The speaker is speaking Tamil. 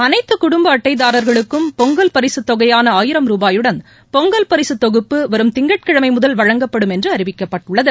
அளைத்து குடும்ப அட்டைதாரர்களுக்கும் பொங்கல் பரிசுத் தொகையான ஆயிரம் ரூபாயுடன் பொங்கல் பரிசுத் தொகுப்பு வரும் திங்கட்கிழமை முதல் வழங்கப்படும் என்று அறிவிக்கப்பட்டுள்ளது